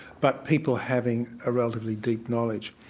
but people having a relatively deep knowledge.